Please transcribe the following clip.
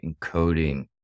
encoding